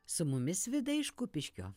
su mumis vida iš kupiškio